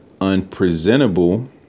unpresentable